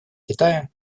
китая